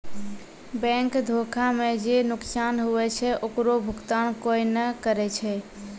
bank धोखा मे जे नुकसान हुवै छै ओकरो भुकतान कोय नै करै छै